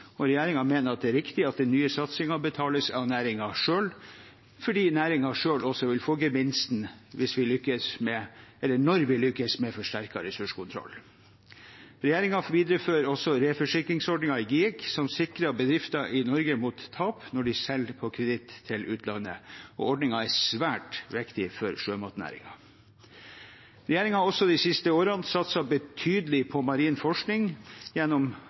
mener det er riktig at den nye satsingen betales av næringen selv, fordi næringen selv ogsa? vil fa? gevinsten na?r vi lykkes med forsterket ressurskontroll. Regjeringen viderefører også reforsikringsordningen i GIEK som sikrer bedrifter i Norge mot tap na?r de selger pa? kreditt til utlandet. Ordningen er svært viktig for sjømatnæringen. Regjeringen har også de siste a?rene satset betydelig pa? marin forskning gjennom